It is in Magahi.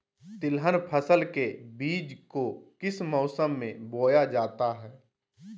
तिलहन फसल के बीज को किस मौसम में बोया जाता है?